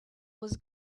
was